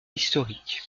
historique